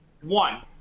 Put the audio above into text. One